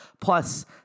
plus